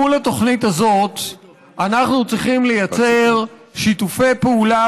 מול התוכנית הזאת אנחנו צריכים לייצר שיתופי פעולה